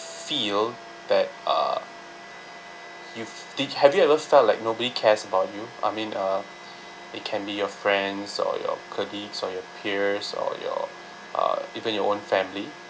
feel that uh you've did have you ever felt like nobody cares about you I mean uh it can be your friends or your colleagues or your peers or your uh even your own family